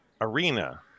arena